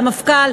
למפכ"ל,